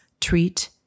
treat